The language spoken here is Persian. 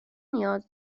نیاز